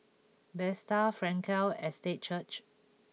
Bethesda Frankel Estate Church